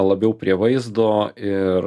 labiau prie vaizdo ir